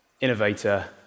innovator